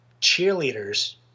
cheerleaders